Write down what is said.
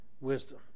wisdom